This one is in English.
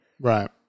Right